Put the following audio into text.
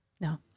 No